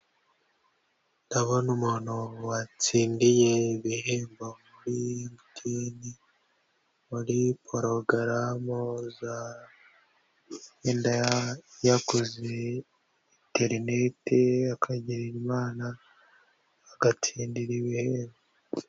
Ndabona umuntu watsindiye ibihembo kuri MTN muri porogaramu za yenda yakoze interineti akagira imana agatsindira ibihembo.